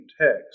text